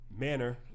manner